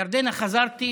ירדנה, חזרתי